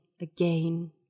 again